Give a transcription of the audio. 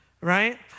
right